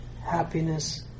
happiness